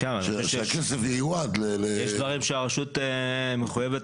שהכסף ייועד --- יש דברים שהרשות מחויבת